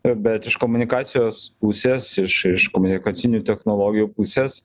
bet iš komunikacijos pusės iš iš komunikacinių technologijų pusės